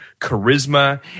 charisma